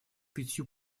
пятью